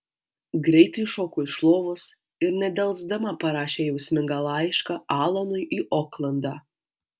greitai šoko iš lovos ir nedelsdama parašė jausmingą laišką alanui į oklandą